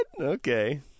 Okay